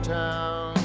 town